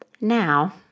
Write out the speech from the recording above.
Now